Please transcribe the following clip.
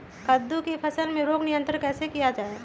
कददु की फसल में रोग नियंत्रण कैसे किया जाए?